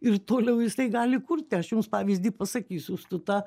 ir toliau jisai gali kurti aš jums pavyzdį pasakysiu su ta